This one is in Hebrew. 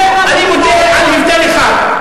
ואני מודה על הבדל אחד,